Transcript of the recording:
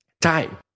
time